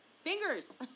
fingers